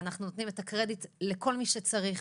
אנחנו נותנים את הקרדיט לכל מי שצריך